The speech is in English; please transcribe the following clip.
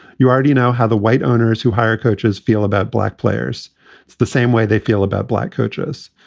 you already know how the white owners who hire coaches feel about black players. it's the same way they feel about black coaches.